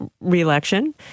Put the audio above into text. reelection